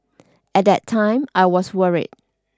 at that time I was worried